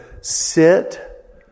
sit